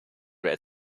red